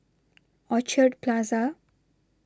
Orchard Plaza